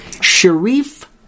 Sharif